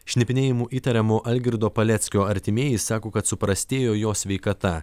šnipinėjimu įtariamo algirdo paleckio artimieji sako kad suprastėjo jo sveikata